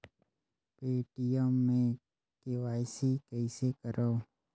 Paytm मे KYC कइसे करव?